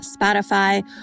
Spotify